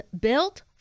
Built